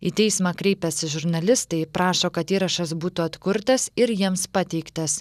į teismą kreipęsi žurnalistai prašo kad įrašas būtų atkurtas ir jiems pateiktas